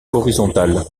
horizontale